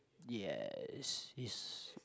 yes is